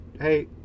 hey